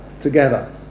together